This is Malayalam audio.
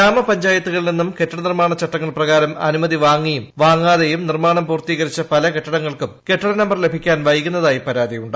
ഗ്രാമപഞ്ചായത്തുകളിൽ നിന്നും കെട്ടിട നിർമ്മാണചട്ടങ്ങൾ പ്രകാരം അനുമതി വാങ്ങിയും വാങ്ങാതെയും നിർമ്മാണം പൂർത്തീകരിച്ച പല കെട്ടിടങ്ങൾക്കും കെട്ടിട നമ്പർ ലഭിക്കാൻ വൈകുന്നതായി പരാതിയുണ്ട്